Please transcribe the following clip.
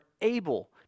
able